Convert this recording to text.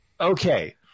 Okay